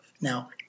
Now